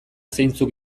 zeintzuk